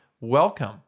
welcome